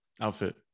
outfit